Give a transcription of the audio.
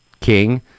king